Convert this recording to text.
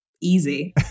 easy